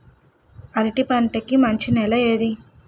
అరటి పంట కి మంచి నెల ఏది?